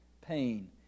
pain